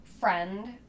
friend